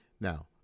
Now